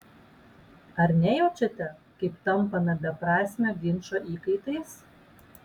ar nejaučiate kaip tampame beprasmio ginčo įkaitais